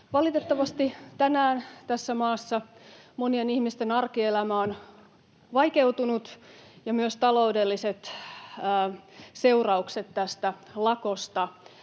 Valitettavasti tänään tässä maassa monien ihmisten arkielämä on vaikeutunut ja myös taloudelliset seuraukset tästä lakosta